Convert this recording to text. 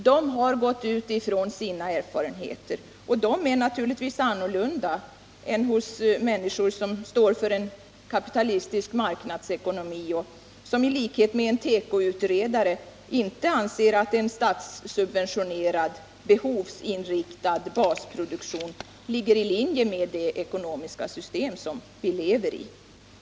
De har gått ut från sina erfarenheter, och dessa är naturligtvis annorlunda än hos människor som står för en kapitalistisk marknadsekonomi och som inte, i likhet med en tekoutredare, anser att en statssubventionerad, behovsinriktad produktion ligger i linje med det ekonomiska system som vi lever i.